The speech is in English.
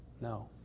No